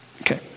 Okay